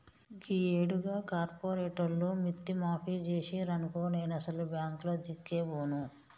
గీయేడు గా కార్పోరేటోళ్లు మిత్తి మాఫి జేసిండ్రనుకో నేనసలు బాంకులదిక్కే బోను